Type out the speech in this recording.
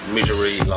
Misery